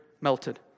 melted